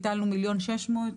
הטלנו 1.6 מיליון,